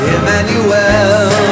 Emmanuel